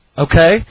okay